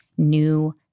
new